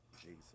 jesus